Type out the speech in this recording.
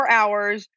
hours